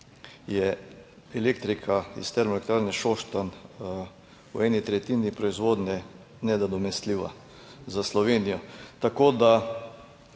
je elektrika iz Termoelektrarne Šoštanj v eni tretjini proizvodnje nenadomestljiva za Slovenijo. Tako da